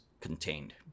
contained